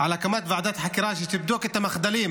על הקמת ועדת חקירה שתבדוק את המחדלים